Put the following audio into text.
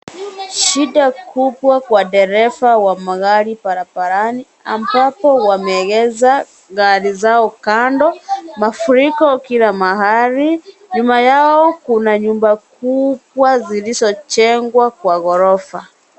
Shida kubwa kwa dereva wa magari barabarani ambapo wameegesha gari zao kando, mafuriko kila mahali, nyuma yao kuna nyumba kubwa zilizojengwa kwa gorofa.